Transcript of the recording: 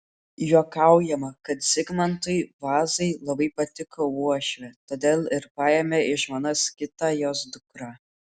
juokaujama kad zigmantui vazai labai patiko uošvė todėl ir paėmė į žmonas kitą jos dukrą